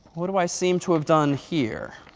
what do i seem to have done here?